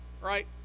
right